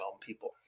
people